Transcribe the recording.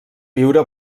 viure